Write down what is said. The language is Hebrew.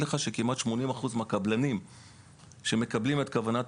כמעט 80% מן הקבלנים שמקבלים את כוונת